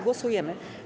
Głosujemy.